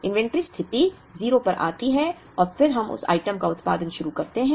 inventory स्थिति 0 पर आती है और फिर हम उस आइटम का उत्पादन शुरू करते हैं